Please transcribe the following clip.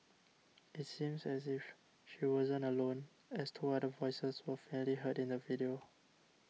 it seems as if she wasn't alone as two other voices were faintly heard in the video